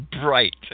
bright